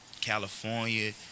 California